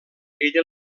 ella